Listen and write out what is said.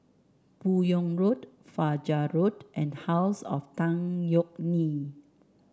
Buyong Road Fajar Road and House of Tan Yeok Nee